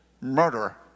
murderer